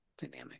dynamic